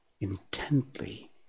Intently